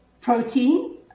protein